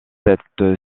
cette